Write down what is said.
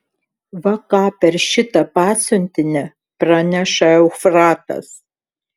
va ką per šitą pasiuntinį praneša eufratas